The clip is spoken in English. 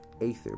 Aether